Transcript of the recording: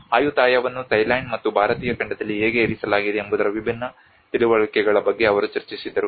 ಆಯುಥಾಯಾವನ್ನು Thailand ಮತ್ತು ಭಾರತೀಯ ಖಂಡದಲ್ಲಿ ಹೇಗೆ ಇರಿಸಲಾಗಿದೆ ಎಂಬುದರ ವಿಭಿನ್ನ ತಿಳುವಳಿಕೆಗಳ ಬಗ್ಗೆ ಅವರು ಚರ್ಚಿಸಿದರು